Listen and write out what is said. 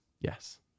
Yes